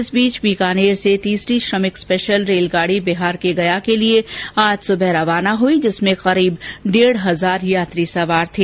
इस बीच बीकानेर से तीसरी श्रमिक स्पेशल गाडी बिहार के गया के लिए आज सबह रवाना हई जिसमें लगभग डेढ हजार यात्री सवार थे